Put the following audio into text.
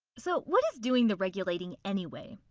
so what is doing the regulating anyway?